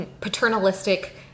paternalistic